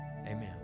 Amen